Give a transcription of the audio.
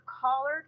collared